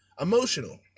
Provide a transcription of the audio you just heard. Emotional